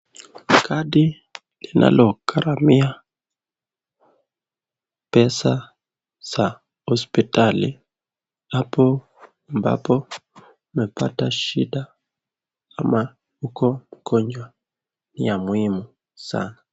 Kadi linayogaramia pesa za hospitali hapo ambapo ukipataka shida ana uko mgonjwa ni ya muhimu sana.